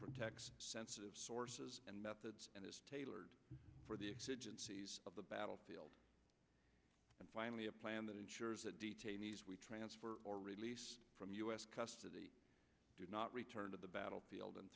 protects sensitive sources and methods and is tailored for the of the battlefield and finally a plan that ensures that detainees we transfer or release from u s custody do not return to the battlefield and